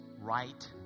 right